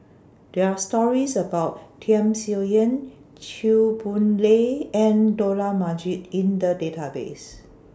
There Are stories about Tham Sien Yen Chew Boon Lay and Dollah Majid in The Database